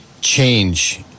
change